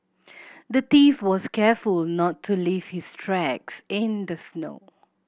the thief was careful not to leave his tracks in the snow